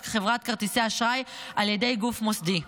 חברת כרטיסי אשראי על ידי גוף מוסדי.